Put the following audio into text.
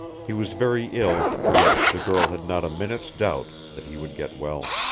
he was very ill, yet the girl had not a minute's doubt that he would get well.